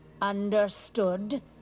Understood